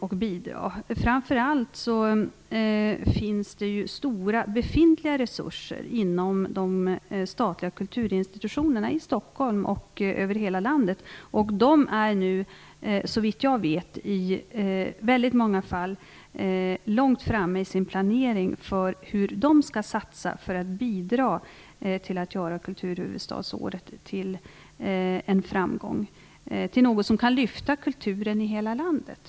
Det finns framför allt stora befintliga resurser inom de statliga kulturinstitutionerna i Stockholm och över hela landet. De är nu såvitt jag vet väldigt långt fram i sin planering för hur de skall satsa för att bidra till att göra kulturhuvudstadsåret till en framgång och till något som kan lyfta kulturen i hela landet.